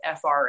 FRA